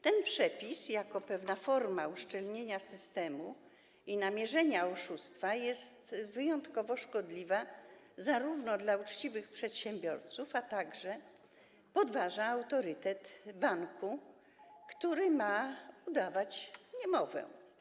Ten przepis, jako pewna forma uszczelnienia systemu i namierzenia oszustwa, jest wyjątkowo szkodliwy także dla uczciwych przedsiębiorców, a także podważa autorytet banku, który ma udawać niemowę.